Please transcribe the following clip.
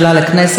בבקשה, אדוני.